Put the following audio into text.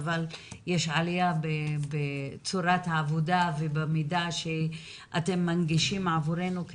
אבל יש גם עלייה בצורת העבודה ובמידה שאתם מנגישים עבורנו,